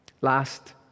Last